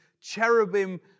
cherubim